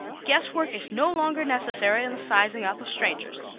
guesswork is no longer necessary in the sizing up of strangers.